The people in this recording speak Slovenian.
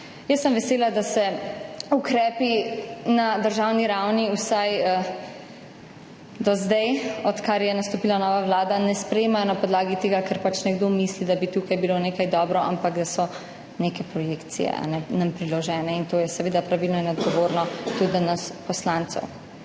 Jaz sem vesela, da se ukrepi na državni ravni, vsaj do zdaj, odkar je nastopila nova vlada, ne sprejemajo na podlagi tega, ker pač nekdo misli, da bi bilo tukaj nekaj dobro, ampak da so nam priložene neke projekcije. To je seveda pravilno in odgovorno tudi do nas poslancev.